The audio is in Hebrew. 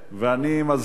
ואני מזהיר,